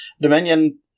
Dominion